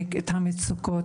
אשתדל לקצר.